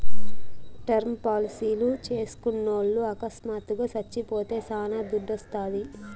term పాలసీలు చేస్కున్నోల్లు అకస్మాత్తుగా సచ్చిపోతే శానా దుడ్డోస్తాది